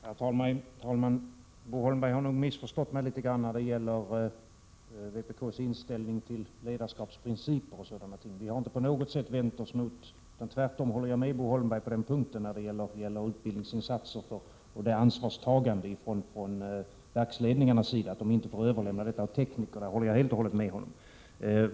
Herr talman! Bo Holmberg har nog missförstått mig litet grand när det gäller vpk:s inställning till ledarskapsprinciper. Vi har inte på något sätt vänt oss emot utbildningsinsatser för och ansvarstagande av verksledningarna. Jag håller tvärtom helt och hållet med Bo Holmberg om att de inte får överlämna detta åt teknikerna.